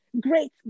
great